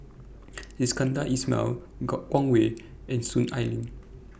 Iskandar Ismail Han Guangwei and Soon Ai Ling